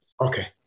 Okay